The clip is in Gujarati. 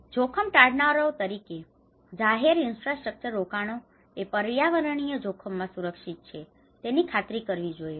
જોખમ ટાળનારાઓ તરીકે જાહેર ઈન્ફ્રાસ્ટ્રક્ચર રોકાણો એ પર્યાવરણીય જોખમોમાં સુરક્ષિત છે તેની ખાતરી કરવી જોઈએ